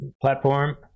platform